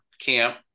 camp